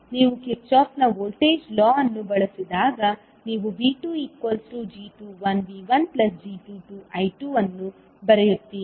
ನೀವು ಕಿರ್ಚಾಫ್ನ ನ ವೋಲ್ಟೇಜ್ ಲಾ ಅನ್ನು ಬಳಸಿದಾಗ ನೀವು V2g21V1g22I2 ಅನ್ನು ಬರೆಯುತ್ತೀರಿ